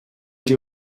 die